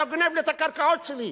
אתה גנבת את הקרקעות שלי.